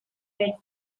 red